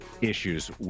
issues